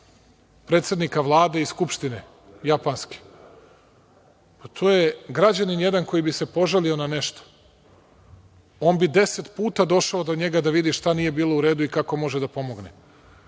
predsednika vlade i skupštine japanske, građanin koji bi se požalio na nešto, deset puta bi došao do njega šta nije bilo u redu i kako može da pomogne.